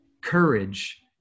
courage